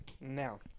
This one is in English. now